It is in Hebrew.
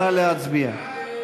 נא להצביע.